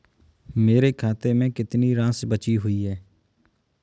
मेरे खाते में कितनी राशि बची हुई है?